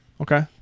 Okay